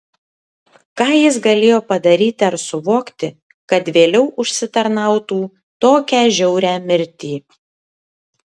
ką jis galėjo padaryti ar suvokti kad vėliau užsitarnautų tokią žiaurią mirtį